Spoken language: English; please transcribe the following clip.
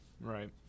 Right